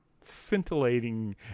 scintillating